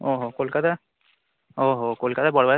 ওহো কলকাতা ওহো কলকাতায় বড়বা